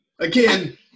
Again